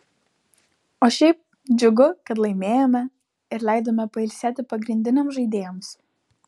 o šiaip džiugu kad laimėjome ir leidome pailsėti pagrindiniams žaidėjams